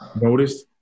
notice